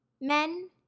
men